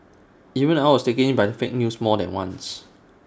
even I was taken in by fake news more than once